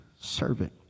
servant